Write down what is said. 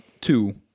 two